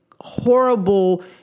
horrible